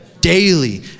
Daily